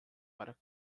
para